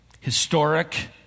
historic